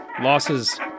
losses